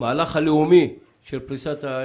על האזורים שנותרו.